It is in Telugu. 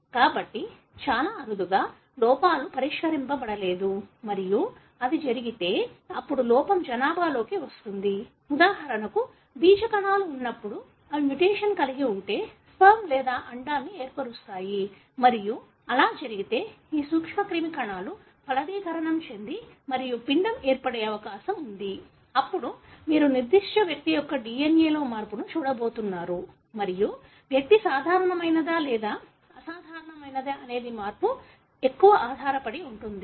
కాబట్టి చాలా అరుదుగా లోపాలు పరిష్కరించబడలేదు మరియు అది జరిగితే అప్పుడు లోపం జనాభాలోకి వస్తుంది ఉదాహరణకు బీజ కణాలు ఉన్నప్పుడు అవి మ్యుటేషన్ కలిగి ఉంటే స్పెర్మ్ లేదా అండాన్ని ఏర్పరుస్తాయి మరియు అలా జరిగితే ఈ సూక్ష్మక్రిమి కణాలు ఫలదీకరణం మరియు పిండం ఏర్పడే అవకాశం ఉంది అప్పుడు మీరు నిర్దిష్ట వ్యక్తి యొక్క DNA లో మార్పును చూడబోతున్నారు మరియు వ్యక్తి సాధారణమైనదా లేదా అసాధారణమైనదా అనేది మార్పు ఎక్కడ ఆధారపడి ఉంటుంది